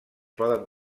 poden